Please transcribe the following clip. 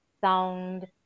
sound